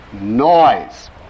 noise